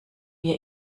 wir